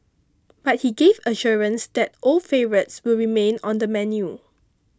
but he gave assurance that old favourites will remain on the menu